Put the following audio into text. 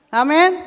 amen